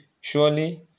surely